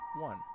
one